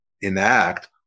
enact